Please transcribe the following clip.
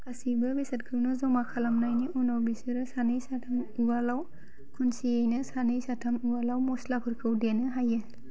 गासैबो बेसादखौनो ज'मा खालामनायनि उनाव बिसोरो सानै साथाम उवालाव खनसेयैनो सानै साथाम उवालाव म'स्लाफोरखौ देनो हायो